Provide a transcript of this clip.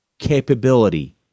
capability